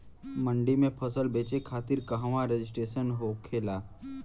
मंडी में फसल बेचे खातिर कहवा रजिस्ट्रेशन होखेला?